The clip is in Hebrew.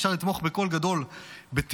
אפשר לתמוך בקול גדול בטרור,